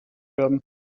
werden